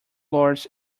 lords